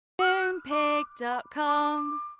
Moonpig.com